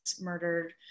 murdered